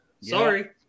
Sorry